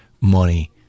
money